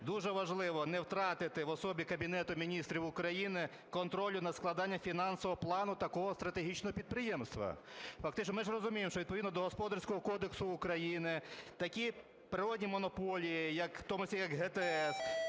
дуже важливо не втратити в особі Кабінету Міністрів України контролю над складанням фінансового плану такого стратегічного підприємства. Фактично ми ж розуміємо, що відповідно до Господарського кодексу України, такі природні монополії, в тому числі як ГТС,